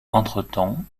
entretemps